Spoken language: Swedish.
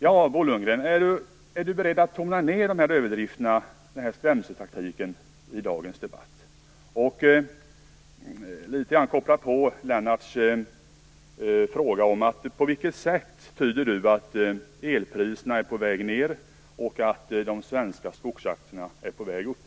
Är Bo Lundgren beredd att tona ned dessa överdrifter, denna skrämseltaktik, i dagens debatt? Jag vill också koppla på Lennart Daléus anförande och fråga hur Bo Lundgren tolkar det faktum att elpriserna är på väg ned och att de svenska skogsaktierna är på väg upp.